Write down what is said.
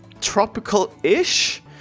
tropical-ish